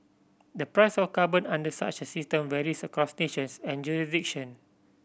the price of carbon under such a system varies across nations and jurisdiction